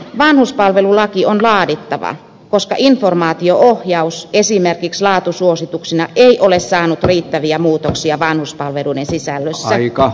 vanhuspalvelulaki on laadittava koska informaatio ohjaus esimerkiksi laatusuosituksina ei ole saanut aikaan riittäviä muutoksia vanhuspalveluiden sisällössä